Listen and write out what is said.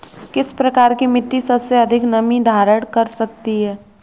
किस प्रकार की मिट्टी सबसे अधिक नमी धारण कर सकती है?